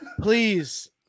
please